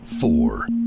four